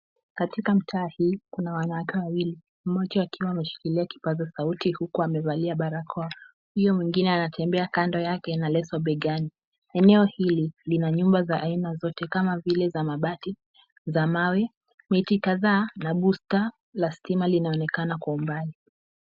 Katika mtaa hii kuna wanawake wawili mmoja akiwa ameshikilia kipaza sauti huku amevalia barakoa. Huyo mwingine anatembea kando yake na leso begani. Eneo hili lina nyumba za aina zote kama vile za mabati, za mawe, miti kadhaa na booster la stima linaonekana kwa umbali.